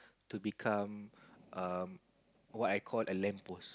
to become um what I call a lamp post